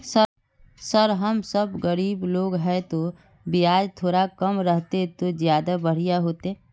sir हम सब गरीब लोग है तो बियाज थोड़ा कम रहते तो ज्यदा बढ़िया होते